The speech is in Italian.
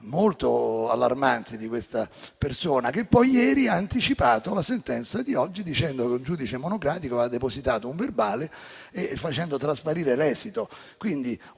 molto allarmanti di questa persona, che ieri ha anticipato la sentenza di oggi dicendo che un giudice monocratico aveva depositato un verbale e facendo trasparire l'esito.